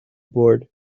board